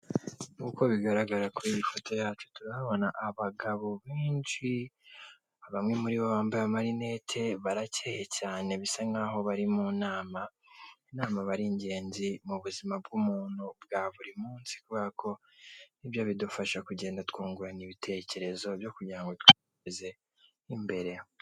Uko bigaragara kuri iyi foto yacu, turahabona abagabo benshi, bamwe muri bo bambaye amarineti, barakeye cyane, bisa nk'aho bari mu nama. Inama aba ari ingenzi mu buzima bw'umuntu bwa buri munsi, kubera ko ni byo bidufasha kugenda twungurana ibitekerezo byo kugira ngo twiteze imbere.